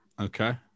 Okay